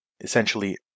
essentially